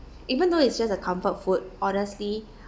even though it's just a comfort food honestly